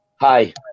Hi